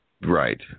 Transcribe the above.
Right